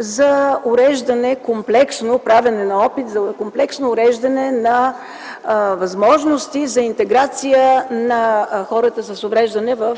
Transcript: сериозна стъпка, правене на опит за комплексно уреждане на възможности за интеграция на хората с увреждания в